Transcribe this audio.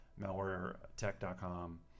MalwareTech.com